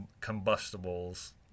combustibles